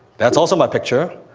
that's also my picture.